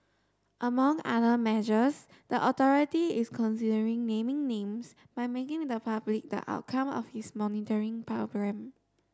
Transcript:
among other measures the authority is considering naming names by making the public the outcome of its monitoring programme